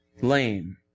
lame